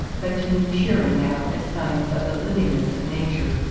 but to me cheering now as signs of the livingness of nature,